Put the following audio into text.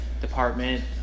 department